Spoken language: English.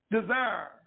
desire